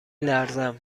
لرزم